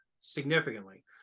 significantly